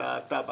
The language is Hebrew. של התב"ע.